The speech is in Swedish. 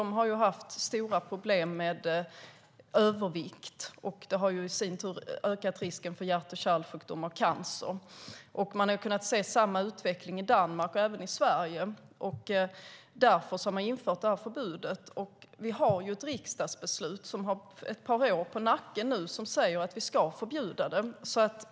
Där har man haft stora problem med övervikt, vilket i sin tur ökat risken för hjärt-kärlsjukdomar och cancer. Man har kunnat se samma utveckling i Danmark och även i Sverige. Därför har detta förbud införts. Vi har ett riksdagsbeslut som nu har ett par år på nacken. Enligt detta ska vi förbjuda industriellt framställt transfett.